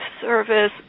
service